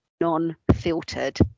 non-filtered